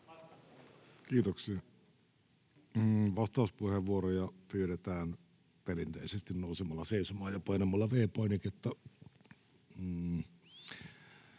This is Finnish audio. Kiitoksia. — Vastauspuheenvuoroa pyydetään perinteisesti nousemalla seisomaan ja painamalla V-painiketta.